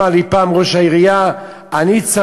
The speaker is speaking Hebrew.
מה אמר לי פעם ראש העירייה?